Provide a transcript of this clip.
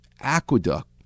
aqueduct